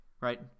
right